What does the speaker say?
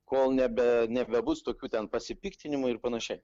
kol nebe nebebus tokių ten pasipiktinimų ir panašiai